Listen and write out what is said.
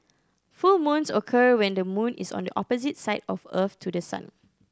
full moons occur when the moon is on the opposite side of Earth to the sun